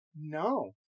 No